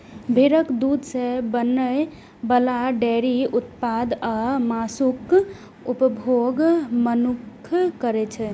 भेड़क दूध सं बनै बला डेयरी उत्पाद आ मासुक उपभोग मनुक्ख करै छै